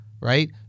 Right